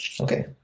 Okay